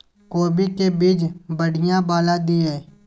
कोबी के बीज बढ़ीया वाला दिय?